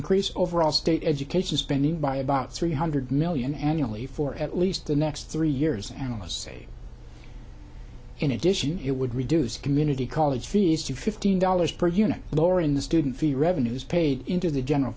increase overall state education spending by about three hundred million annually for at least the next three years analysts say in addition it would reduce community college fees to fifteen dollars per unit lowering the student fee revenues paid into the general